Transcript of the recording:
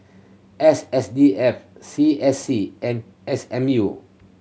S S D F C S C and S M U